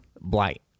blight